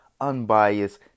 unbiased